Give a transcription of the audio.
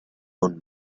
own